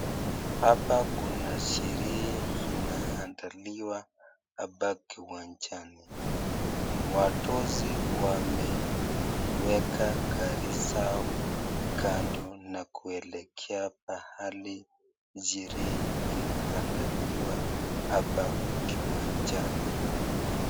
Hapa kuna sherehe inaandaliwa hapa kiwanjani ,wadosi wameweka gari zao kando na kuelekea pahali sherehe inaandaliwa hapa kiwanjani.